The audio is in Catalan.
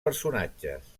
personatges